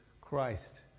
Christ